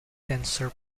tensor